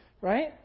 Right